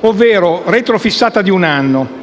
ovvero retrofissata di un anno.